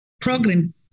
Program